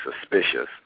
suspicious